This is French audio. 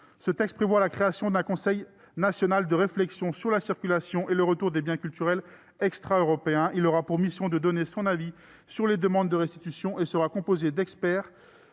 Ce texte prévoit la création d'un Conseil national de réflexion sur la circulation et le retour des biens culturels extra-européens. L'instance aura pour mission de donner son avis sur les demandes de restitution et sera composée d'experts